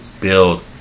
build